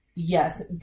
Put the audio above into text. Yes